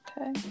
okay